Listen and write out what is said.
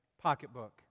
pocketbook